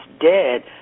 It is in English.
dead